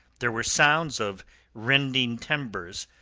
there were sounds of rending timbers,